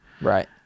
Right